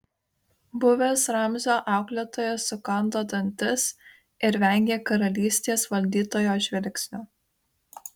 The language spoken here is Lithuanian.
buvęs ramzio auklėtojas sukando dantis ir vengė karalystės valdytojo žvilgsnio